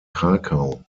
krakau